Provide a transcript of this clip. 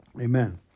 Amen